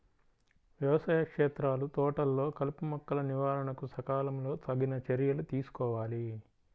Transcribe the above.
వ్యవసాయ క్షేత్రాలు, తోటలలో కలుపుమొక్కల నివారణకు సకాలంలో తగిన చర్యలు తీసుకోవాలి